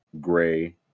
Gray